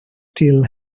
still